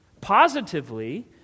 Positively